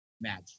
match